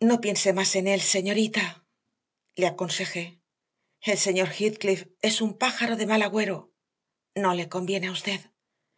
no piense más en él señorita le aconsejé el señor heathcliff es un pájaro de mal agüero no le conviene a usted